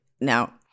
Now